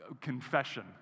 confession